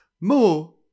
More